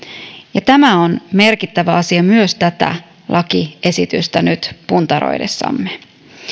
ja tämä on merkittävä asia myös tätä lakiesitystä nyt puntaroidessamme